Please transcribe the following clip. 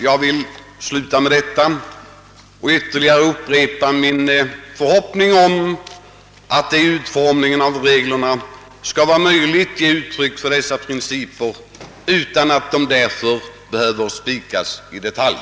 Jag vill sluta med att ytterligare upprepa min förhoppning om att det vid utformningen av reglerna skall vara möjligt att ge uttryck för allemansrättens principer utan att de därför behöver spikas i detalj.